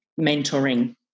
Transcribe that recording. mentoring